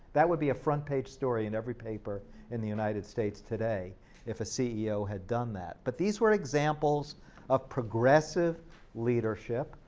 that would be a front-page story in every paper in the united states today if a ceo had done that, but these were examples of progressive leadership.